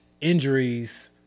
injuries